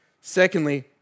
Secondly